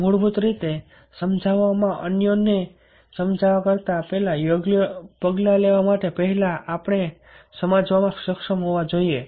મૂળભૂત રીતે સમજાવવામાં અન્યોને યોગ્ય પગલાં લેવા માટે પહેલા સમજાવામાં સક્ષમ હોવા જોઈએ